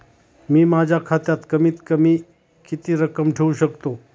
मी माझ्या खात्यात कमीत कमी किती रक्कम ठेऊ शकतो?